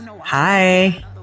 Hi